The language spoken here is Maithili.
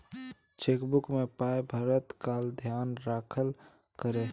चेकबुक मे पाय भरैत काल धेयान राखल करू